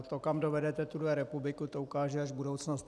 To, kam dovedete tuhle republiku, to ukáže až budoucnost.